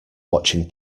watching